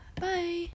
Bye